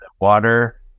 water